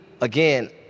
again